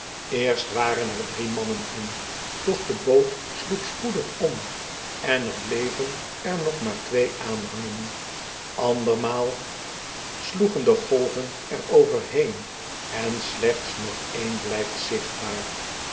eerst waren er drie mannen in doch de boot sloeg spoedig om en er bleven er nog maar twee aan hangen andermaal sloegen de golven er overheen en slechts nog één blijft zichtbaar